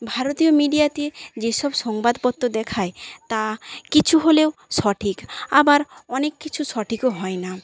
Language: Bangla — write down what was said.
ভারতীয় মিডিয়াতে যেসব সংবাদপত্র দেখায় তা কিছু হলেও সঠিক আবার অনেক কিছু সঠিকও হয় না